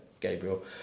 Gabriel